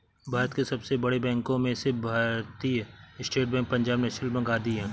भारत के सबसे बड़े बैंको में से Bharatiya State Bank, Punjab National Bank आदि है